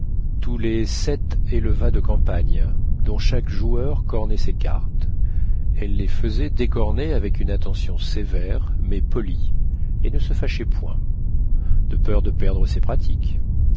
tous les parolis tous les sept et le va de campagne dont chaque joueur cornait ses cartes elle les fesait décorner avec une attention sévère mais polie et ne se fâchait point de peur de perdre ses pratiques